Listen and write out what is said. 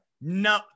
No